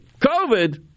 COVID